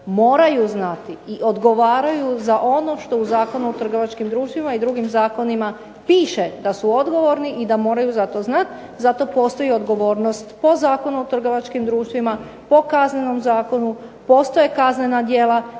moraju znati i odgovaraju za ono što u Zakonu o trgovačkim društvima i drugim zakonima piše da su odgovorni i da moraju za to znati, za to postoji odgovornost po Zakonu o trgovačkim društvima, po Kaznenom zakonu, postoje kaznena djela